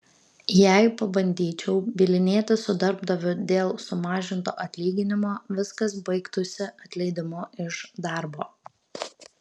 jei pabandyčiau bylinėtis su darbdaviu dėl sumažinto atlyginimo viskas baigtųsi atleidimu iš darbo